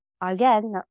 again